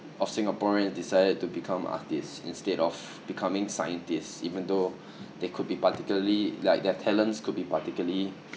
of singaporean decided to become artists instead of becoming scientists even though they could be particularly like their talents could be particularly